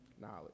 knowledge